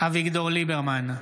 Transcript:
בהצבעה אביגדור ליברמן,